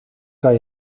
kan